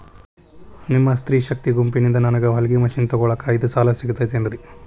ನಿಮ್ಮ ಸ್ತ್ರೇ ಶಕ್ತಿ ಗುಂಪಿನಿಂದ ನನಗ ಹೊಲಗಿ ಮಷೇನ್ ತೊಗೋಳಾಕ್ ಐದು ಸಾಲ ಸಿಗತೈತೇನ್ರಿ?